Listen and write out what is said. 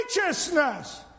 righteousness